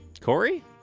Corey